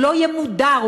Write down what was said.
הוא לא יהיה מודר,